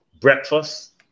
breakfast